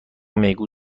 میگو